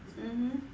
mmhmm